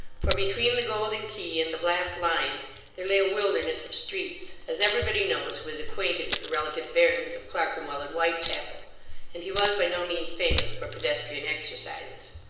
for between the golden key and the black lion there lay a wilderness of streets as everybody knows who is acquainted with the relative bearings of clerkenwell and whitechapel and he was by no means famous for pedestrian exercises.